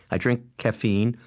i drink caffeine,